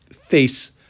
Face